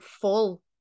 full